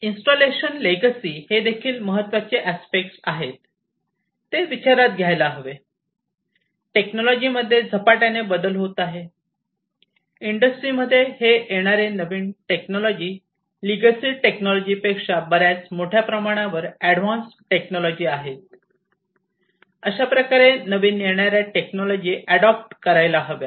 installation legacy हेदेखील महत्वाचे aspect आहे हे विचारात घ्यायला हवे टेक्नॉलॉजीमध्ये झपाट्याने बदल होत आहे इंडस्ट्रीमध्ये हे येणारी नवीन टेक्नॉलॉजी लेगसी टेक्नॉलॉजी पेक्षा बऱ्याच मोठ्या प्रमाणावर एडव्हान्स टेक्नॉलॉजी आहेत अशाप्रकारे नवीन येणाऱ्या टेक्नॉलॉजी अडॉप्ट करायला हव्यात